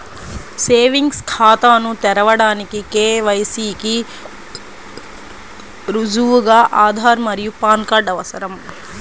savings ఖాతాను తెరవడానికి KYC కి రుజువుగా ఆధార్ మరియు పాన్ కార్డ్ అవసరం